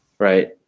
Right